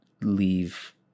leave